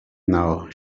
now